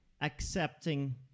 accepting